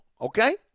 okay